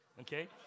Okay